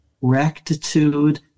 rectitude